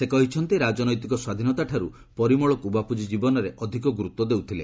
ସେ କହିଛନ୍ତି ରାଜନୈତିକ ସ୍ୱାଧୀନତାଠାରୁ ପରିମଳକୁ ବାପୁଜୀ ଜୀବନରେ ଅଧିକ ଗୁରୁତ୍ୱ ଦେଉଥିଲେ